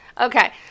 Okay